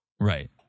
right